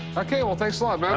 ok. well, thanks a lot,